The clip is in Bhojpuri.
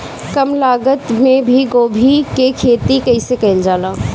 कम लागत मे गोभी की खेती कइसे कइल जाला?